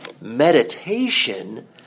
Meditation